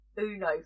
Uno